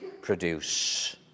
produce